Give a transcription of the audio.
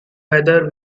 whether